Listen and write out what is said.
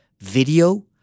video